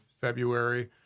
February